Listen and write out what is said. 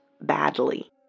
badly